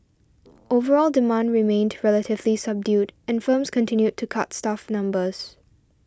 overall demand remained relatively subdued and firms continued to cut staff numbers